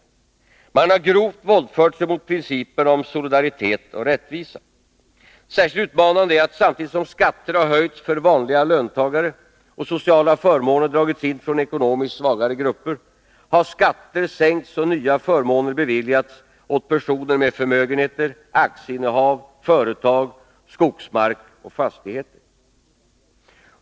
Man har grovt våldfört sig mot principerna om solidaritet och rättvisa. Särskilt utmanande är att samtidigt som skatter höjts för vanliga löntagare och sociala förmåner dragits in från ekonomiskt svagare grupper, har skatter sänkts och nya förmåner beviljats åt personer med förmögenheter, aktieinnehav, företag, skogsmark och fastigheter.